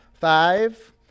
Five